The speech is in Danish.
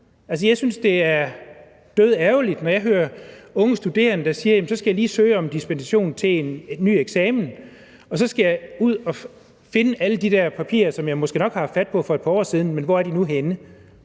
jeg synes, det er dødærgerligt, når jeg hører unge studerende, der siger, at de skal søge om dispensation til en ny eksamen og så skal ud at finde alle de der papirer, som de måske nok har haft fat på for et par år siden, men som de nu ikke